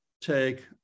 take